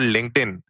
LinkedIn